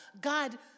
God